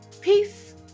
Peace